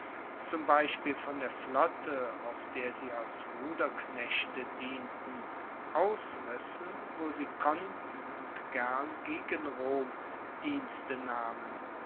zum beispiel von der flotte auf der sie als ruderknechte dienten ausrissen wo sie konnten und gern gegen rom dienste nahmen